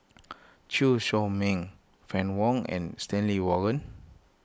Chew Chor Meng Fann Wong and Stanley Warren